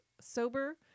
sober